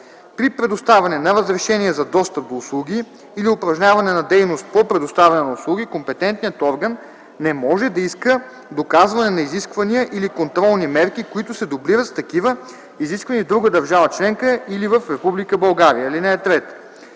При предоставяне на разрешение за достъп до услуги или упражняване на дейност по предоставяне на услуги компетентният орган не може да иска доказване на изисквания или контролни мерки, които се дублират с такива, изискани в друга държава членка или в Република